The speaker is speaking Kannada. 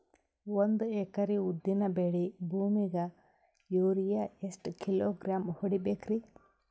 ಒಂದ್ ಎಕರಿ ಉದ್ದಿನ ಬೇಳಿ ಭೂಮಿಗ ಯೋರಿಯ ಎಷ್ಟ ಕಿಲೋಗ್ರಾಂ ಹೊಡೀಬೇಕ್ರಿ?